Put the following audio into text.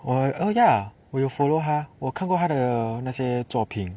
oh ya 我有 follow 他我看过他的那些作品